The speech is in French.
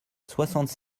soixante